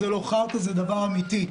זה לא חארטה, זה דבר אמיתי.